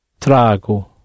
Trago